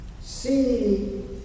See